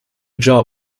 job